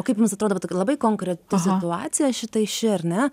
kaip jums atrodo va tokia labai konkreti situacija šitai ši ar ne